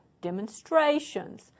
demonstrations